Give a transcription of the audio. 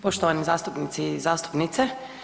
Poštovani zastupnici i zastupnice.